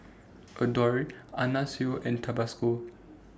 Adore Anna Sui and Tabasco